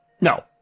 No